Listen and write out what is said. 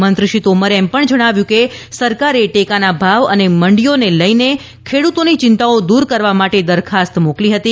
મંત્રી શ્રી તોમરે એમ પણ જણાવ્યું કે સરકારે ટેકાના ભાવ અને મંડીઓને લઈને ખેડૂતોની ચિંતાઓ દૂર કરવા માટે દરખાસ્ત મોકલી હતી